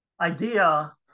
idea